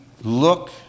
look